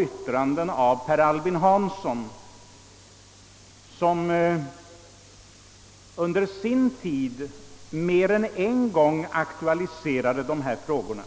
yttranden av Per Albin Hansson, som under sin tid mer än en gång aktualiserade dessa frågor.